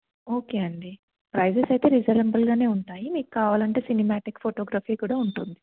okay అండి prices అయితే రీజనబుల్గానే ఉంటాయి మీకు కావాలంటే సినిమ్యాటిక్ ఫోటోగ్రఫీ కూడా ఉంటుంది